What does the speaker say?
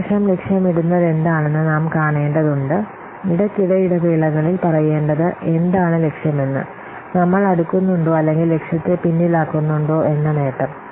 ഈ വർഷം ലക്ഷ്യമിടുന്നതെന്താണെന്ന് നാം കാണേണ്ടതുണ്ട് ഇടയ്ക്കിടെ ഇടവേളകളിൽ പറയേണ്ടത് എന്താണ് ലക്ഷ്യമെന്ന് നമ്മൾ അടുക്കുന്നുണ്ടോ അല്ലെങ്കിൽ ലക്ഷ്യത്തെ പിന്നിലാക്കുന്നുണ്ടോ എന്ന നേട്ടം